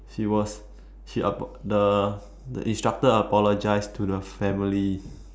she was she apol~ the the instructor apologized to the family